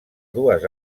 dues